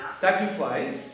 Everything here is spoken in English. Sacrifice